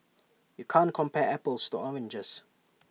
you can't compare apples to oranges